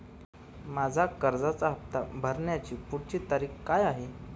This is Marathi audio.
माझ्या कर्जाचा हफ्ता भरण्याची पुढची तारीख काय आहे?